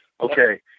Okay